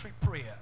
prayer